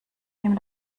ihm